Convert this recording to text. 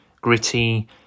gritty